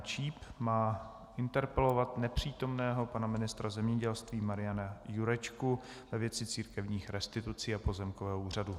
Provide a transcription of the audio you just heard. Číp má interpelovat nepřítomného pana ministra zemědělství Mariana Jurečku ve věci církevních restitucí a pozemkového úřadu.